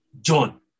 John